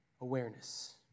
awareness